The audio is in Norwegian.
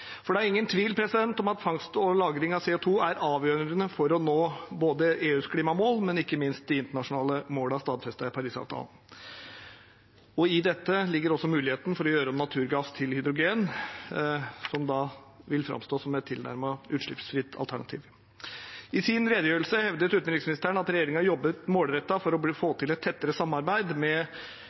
interessant. Det er ingen tvil om at fangst og lagring av CO2 er avgjørende for å nå EUs klimamål, men ikke minst de internasjonale målene som er stadfestet i Parisavtalen. I dette ligger også muligheten for å gjøre om naturgass til hydrogen, som vil framstå som et tilnærmet utslippsfritt alternativ. I sin redegjørelse hevdet utenriksministeren at regjeringen jobber målrettet for å få til et tettere samarbeid